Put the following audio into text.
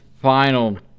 final